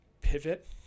pivot